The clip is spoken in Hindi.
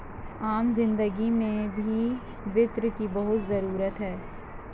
आम जिन्दगी में भी वित्त की बहुत जरूरत है